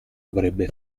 avrebbe